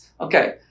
okay